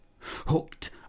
Hooked